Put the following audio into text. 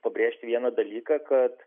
pabrėžti vieną dalyką kad